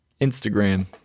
Instagram